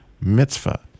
mitzvah